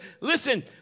listen